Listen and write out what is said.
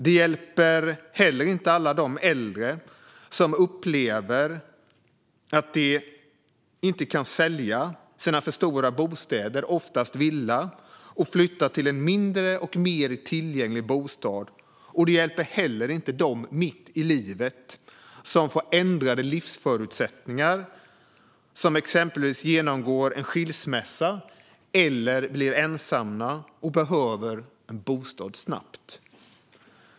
Det hjälper heller inte alla de äldre som upplever att de kan inte sälja sina för stora bostäder, oftast villor, och flytta till en mindre och mer tillgänglig bostad. Det hjälper inte heller dem som mitt i livet får ändrade livsförutsättningar, till exempel dem som genomgår en skilsmässa eller blir ensamma och behöver en bostad snabbt.